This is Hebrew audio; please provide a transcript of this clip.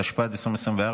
התשפ"ד 2024,